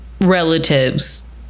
relatives